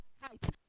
height